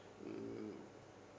mm